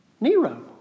Nero